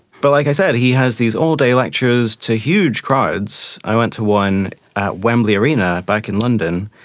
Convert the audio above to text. but like i said, he has these all-day lectures to huge crowds. i went to one at wembley arena back in london,